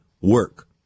work